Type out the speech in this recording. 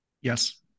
Yes